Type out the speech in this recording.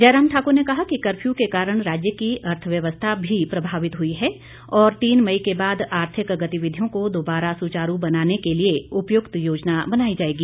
जयराम ठाकुर ने कहा कि कर्फ्यू के कारण राज्य की अर्थव्यवस्था भी प्रभावित हुई है और तीन मई के बाद आर्थिक गतिविधियों को दोबारा सुचारू बनाने के लिए उपयुक्त योजना बनाई जाएगी